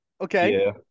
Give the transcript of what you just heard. Okay